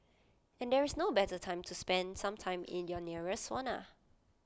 and there is no better time to spend some time in your nearest sauna